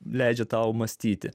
leidžia tau mąstyti